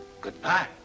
Goodbye